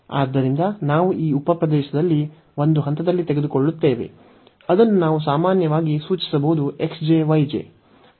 ಆದ್ದರಿಂದ ನಾವು ಈ ಉಪ ಪ್ರದೇಶದಲ್ಲಿ ಒಂದು ಹಂತದಲ್ಲಿ ತೆಗೆದುಕೊಳ್ಳುತ್ತೇವೆ ಅದನ್ನು ನಾವು ಸಾಮಾನ್ಯವಾಗಿ ಸೂಚಿಸಬಹುದು x j y j